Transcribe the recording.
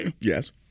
Yes